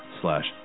slash